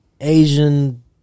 Asian